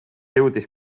jõudis